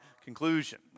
Conclusion